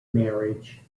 marriage